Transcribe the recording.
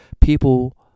people